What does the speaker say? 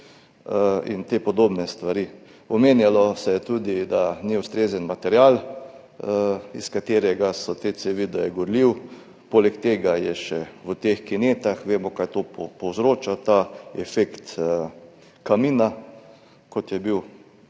in podobne stvari. Omenjalo se je tudi, da ni ustrezen material, iz katerega so te cevi, da je gorljiv, poleg tega je še v teh kinetah, vemo, kaj to povzroča, efekt kamina, kot je bil